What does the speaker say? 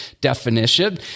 definition